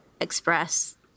express